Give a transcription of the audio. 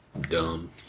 Dumb